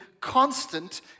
constant